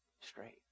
straight